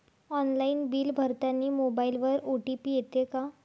Online bill भरतानी मोबाईलवर OTP येते का?